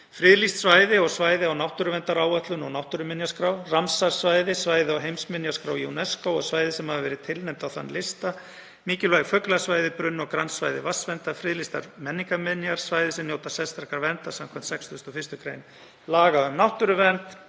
friðlýst svæði og svæði á náttúruverndaráætlun og náttúruminjaskrá, Ramsar-svæði, svæði á heimsminjaskrá UNESCO og svæði sem hafa verið tilnefnd á þann lista, mikilvæg fuglasvæði, brunn- og grannsvæði vatnsverndar, friðlýstar menningarminjar, svæði sem njóta sérstakrar verndar samkvæmt 61. gr. laga um náttúruvernd,